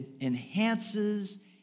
enhances